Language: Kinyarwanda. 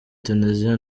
tunisia